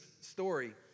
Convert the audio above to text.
story